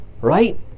Right